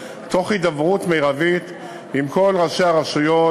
תוך הידברות מרבית עם כל ראשי הרשויות